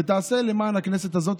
ותעשה למען הכנסת הזאת,